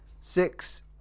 Six